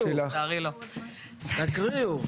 תקריאו.